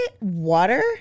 Water